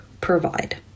provide